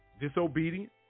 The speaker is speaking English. disobedient